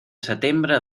setembre